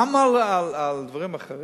גם על דברים אחרים?